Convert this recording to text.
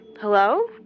Hello